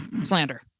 slander